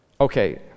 Okay